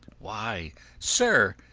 why sir,